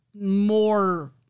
more